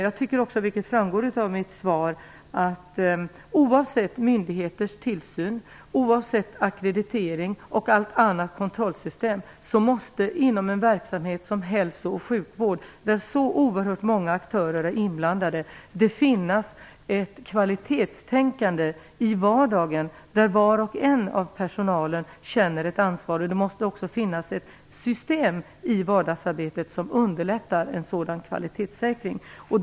Jag tycker också, vilket framgår av mitt svar, att det oavsett myndigheters tillsyn, ackreditering och alla andra kontrollsystem, inom en verksamhet som hälso och sjukvård där så oerhört många aktörer är inblandade, måste finnas ett kvalitetstänkande i vardagen, där var och en av personalen känner ett ansvar. Det måste också finnas ett system i vardagsarbetet som underlättar en sådan kvalitetssäkring.